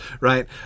right